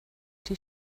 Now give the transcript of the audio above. die